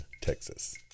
Texas